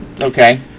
Okay